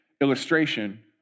illustration